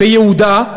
ביהודה,